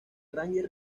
rangers